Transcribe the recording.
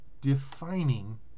defining